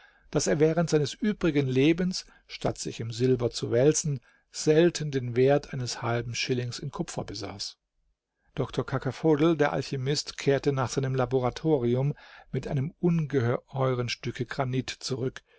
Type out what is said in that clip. daß er während seines übrigen lebens statt sich im silber zu wälzen selten den wert eines halben schillings in kupfer besaß doktor cacaphodel der alchimist kehrte nach seinem laboratorium mit einem ungeheuren stücke granit zurück